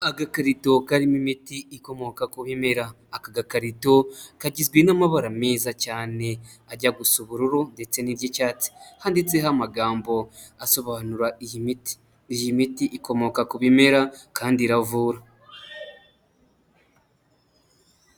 Agakarito karimo imiti ikomoka ku bimera ,aka gakarito kagizwe n'amabara meza cyane ajya gusa ubururu ndetse n'iry'icyatsi handitseho amagambo asobanura iyi miti, iyi miti ikomoka ku bimera kandi iravura.